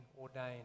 ordained